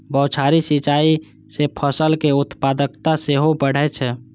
बौछारी सिंचाइ सं फसलक उत्पादकता सेहो बढ़ै छै